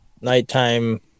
nighttime